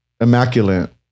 Immaculate